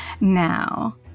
Now